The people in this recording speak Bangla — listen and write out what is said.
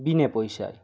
বিনা পয়সায়